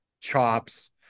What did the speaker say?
chops